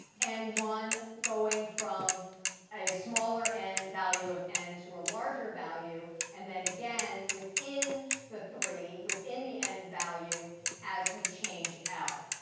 and one going from a smaller and value of n to a larger value, and then again within the three, within the n value as we change l.